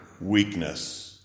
weakness